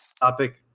topic